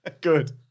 Good